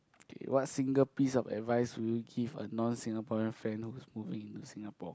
okay what single piece of advice will you give a non Singaporean friend who's moving into Singapore